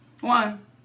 One